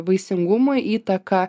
vaisingumui įtaką